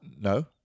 No